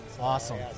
Awesome